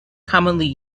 commonly